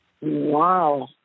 Wow